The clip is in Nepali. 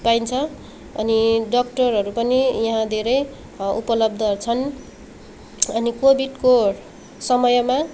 पाइन्छ अनि डाक्टरहरू पनि यहाँ धेरै उपलब्ध छन् अनि कोभिडको समयमा